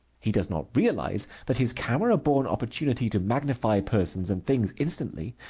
he does not realize that his camera-born opportunity to magnify persons and things instantly,